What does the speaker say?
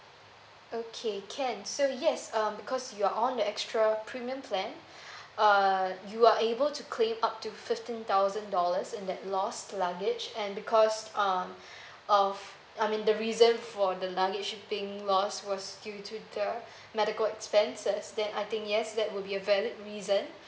okay can so yes um because you are on the extra premium plan uh you are able to claim up to fifteen thousand dollars in that lost luggage and because um of I mean the reason for the luggage being lost was due to the medical expenses then I think yes that will be a valid reason